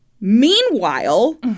meanwhile